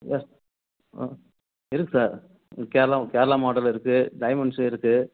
S ஆ இருக்குது sir Kerala Kerala model இருக்குது டைமண்ட்ஸ்ஸும் இருக்குது